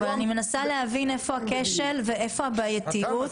אני מנסה להבין איפה הכשל ואיפה הבעייתיות?